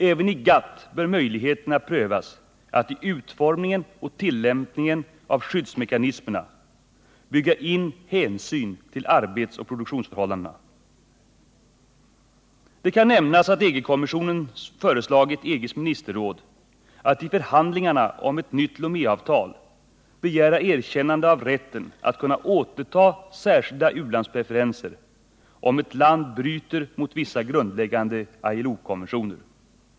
Även i GATT bör möjligheterna prövas att i utformningen och tillämpningen av skyddsmekanismerna bygga in hänsyn till arbetsoch produktionsförhållandena. Det kan nämnas att EG-kommissionen föreslagit EG:s ministerråd att i förhandlingarna om ett nytt Loméavtal begära erkännande av rätten att kunna återta särskilda u-landspreferenser, om ett land bryter mot vissa grundläggande ILO-konventioner.